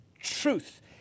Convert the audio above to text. truth